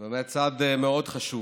זה באמת צעד מאוד חשוב,